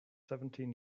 seventeen